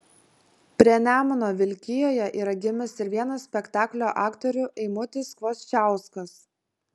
prie nemuno vilkijoje yra gimęs ir vienas spektaklio aktorių eimutis kvoščiauskas